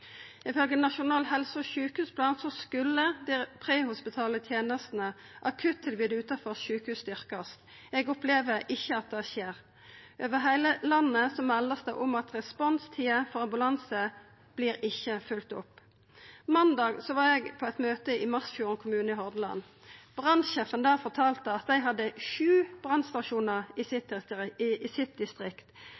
Nasjonal helse- og sjukehusplan skulle dei prehospitale tenestene og akuttilbodet utanfor sjukehusa styrkjast. Eg opplever ikkje at det skjer. Over heile landet vert det meldt om at responstider for ambulanse ikkje vert følgde opp. Måndag var eg på eit møte i Masfjorden kommune i Hordaland. Brannsjefen der fortalte at dei hadde sju brannstasjonar i